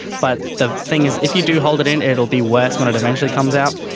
but the thing is if you do hold it in, it will be worse when it eventually comes out.